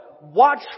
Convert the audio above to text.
Watch